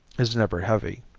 is never heavy.